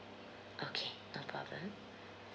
okay no problem